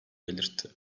belirtti